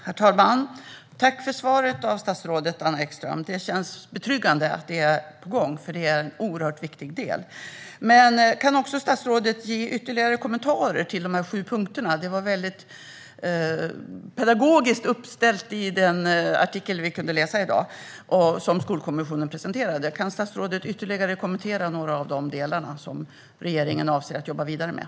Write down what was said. Herr talman! Tack för svaret, statsrådet Anna Ekström! Det känns betryggande att det är ett arbete på gång eftersom detta är en oerhört viktig del. Men jag undrar om statsrådet kan ge ytterligare kommentarer till de sju punkterna. De var väldigt pedagogiskt uppställda i den artikel som vi kunde läsa i dag. Kan statsrådet ytterligare kommentera några av de delar som regeringen avser att jobba vidare med?